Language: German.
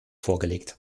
vorgelegt